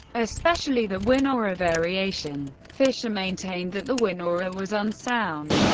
especially the winawer ah variation. fischer maintained that the winawer was unsound,